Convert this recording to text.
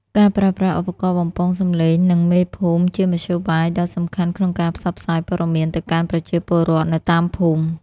ការប្រើប្រាស់ឧបករណ៍បំពងសំឡេង និងមេភូមិជាមធ្យោបាយដ៏សំខាន់ក្នុងការផ្សព្វផ្សាយព័ត៌មានទៅកាន់ប្រជាពលរដ្ឋនៅតាមភូមិ។